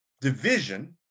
division